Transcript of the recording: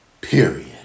Period